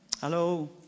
Hello